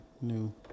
new